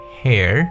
hair